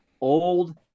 old